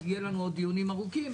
יהיו לנו עוד דיונים ארוכים,